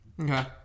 Okay